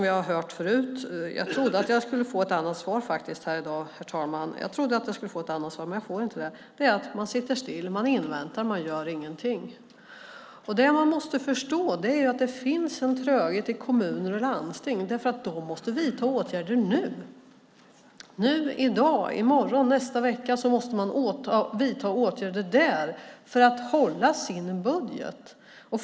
Jag trodde jag skulle få ett annat svar, men det fick jag inte. Svaret från regeringen är att man sitter still, man inväntar, man gör ingenting. Det man måste förstå är att det finns en tröghet i kommuner och landsting. De måste vidta åtgärder nu! I dag, i morgon, i nästa vecka måste man vidta åtgärder för att hålla sin budget.